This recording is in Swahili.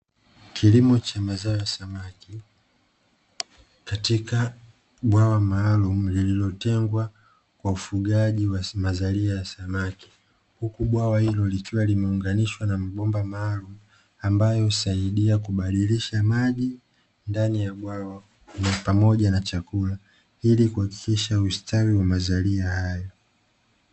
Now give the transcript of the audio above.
Kilimo cha mazao ya samaki katika bwawa maalumu lililotengwa kwa ufugaji wa mazalia ya samaki, huku bwawa hilo likiwa limeunganishwa na mabomba maalumu ambayo husaidia kubadilisha maji ndani ya bwawa hilo pamoja na chakula ili kuhakikisha ustawi wa mazalia haya.